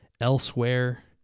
elsewhere